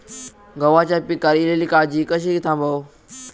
गव्हाच्या पिकार इलीली काजळी कशी थांबव?